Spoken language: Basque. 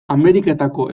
ameriketako